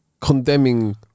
condemning